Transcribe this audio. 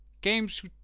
games